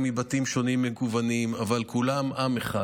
מבתים שונים ומגוונים אבל כולם עם אחד,